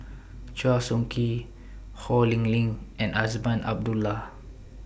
Chua Soo Khim Ho Lee Ling and Azman Abdullah